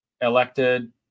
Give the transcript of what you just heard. Elected